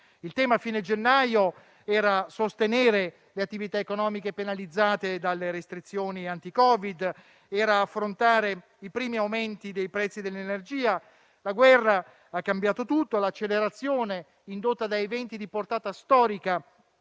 Il tema a fine gennaio era sostenere le attività economiche penalizzate dalle restrizioni anti-Covid e affrontare i primi aumenti dei prezzi dell'energia; la guerra ha cambiato tutto e l'accelerazione indotta da eventi di portata storica